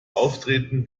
auftreten